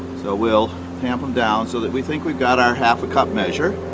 so we'll tamp them down so that we think we've got our half-a-cup measure